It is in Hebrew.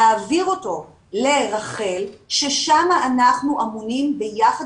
להעביר אותו לרח"ל ששם אנחנו אמונים ביחד